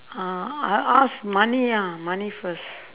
uh I'll ask money ah money first